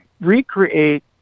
recreate